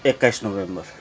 एक्काइस नोभेम्बर